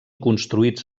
construïts